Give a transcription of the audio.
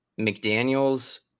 McDaniel's